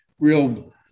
real